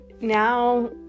now